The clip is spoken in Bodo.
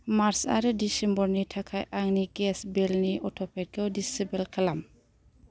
मार्च आरो दिसेम्बरनि थाखाय आंनि गेस बिलनि अट'पेखौ दिसेबोल खालाम